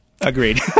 Agreed